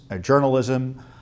journalism